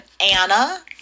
Anna